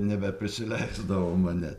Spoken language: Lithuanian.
nebeprisileisdavo mane